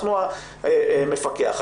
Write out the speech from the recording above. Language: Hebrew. אנחנו המפקח.